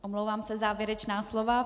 Omlouvám se, závěrečná slova.